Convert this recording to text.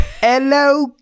Hello